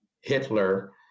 Hitler